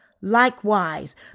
Likewise